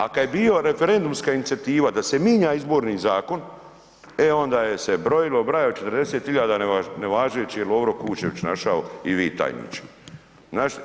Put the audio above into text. A kad je bio referendumska inicijativa da se mijenja Izborni zakon, e onda je se brojilo, brojilo, 40 hiljada nevažećih je Lovro Kuščević našao i vi, tajniče.